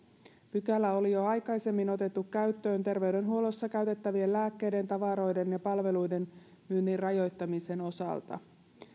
pykälä oli jo aikaisemmin otettu käyttöön terveydenhuollossa käytettävien lääkkeiden tavaroiden ja palveluiden myynnin rajoittamisen osalta